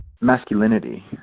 Masculinity